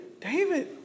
David